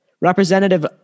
Representative